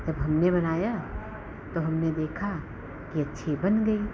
जब हमने बनाया तो हमने देखा कि अच्छी बन गई